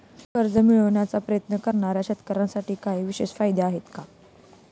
कर्ज मिळवण्याचा प्रयत्न करणाऱ्या शेतकऱ्यांसाठी काही विशेष फायदे आहेत का?